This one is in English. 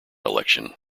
election